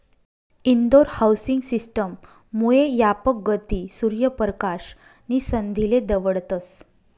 Indore housing system मुये यापक गती, सूर्य परकाश नी संधीले दवडतस